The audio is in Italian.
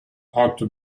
hot